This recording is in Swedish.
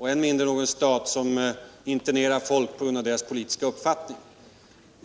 än mindre någon stat som internerar folk på grund av deras politiska uppfattning.